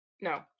No